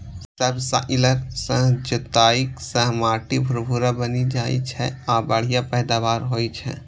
subsoiler सं जोताइ सं माटि भुरभुरा बनि जाइ छै आ बढ़िया पैदावार होइ छै